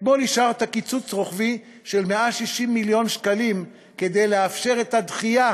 אתמול אישרת קיצוץ רוחבי של 160 מיליון שקלים כדי לאפשר את הדחייה